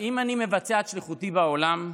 האם אני מבצע את שליחותי בעולם?